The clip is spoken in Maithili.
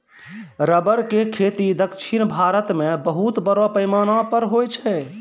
रबर के खेती दक्षिण भारत मॅ बहुत बड़ो पैमाना पर होय छै